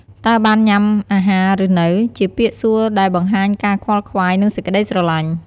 តើបានញ៉ាំអាហារឬនៅ? ជាពាក្យសួរដែលបង្ហាញការខ្វល់ខ្វាយ និងសេចក្ដីស្រឡាញ់។